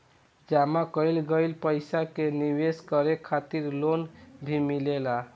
जामा कईल गईल पईसा के निवेश करे खातिर लोन भी मिलेला